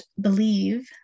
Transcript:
believe